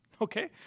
Okay